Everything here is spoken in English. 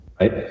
right